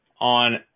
on